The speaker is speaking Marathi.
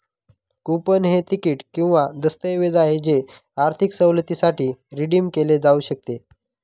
कूपन हे तिकीट किंवा दस्तऐवज आहे जे आर्थिक सवलतीसाठी रिडीम केले जाऊ शकते